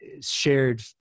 shared